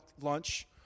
lunch